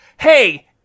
Hey